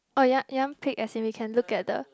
oh you want you want pick as in we can look at the